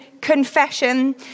confession